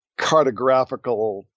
cartographical